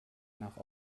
nach